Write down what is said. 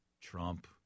Trump